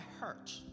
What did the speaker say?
hurt